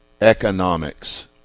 economics